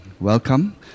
welcome